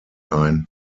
ein